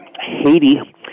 Haiti